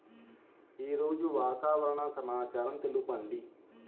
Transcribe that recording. ఈరోజు వాతావరణ సమాచారం తెలుపండి